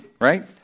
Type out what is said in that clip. right